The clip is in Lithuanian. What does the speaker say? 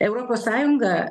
europos sąjunga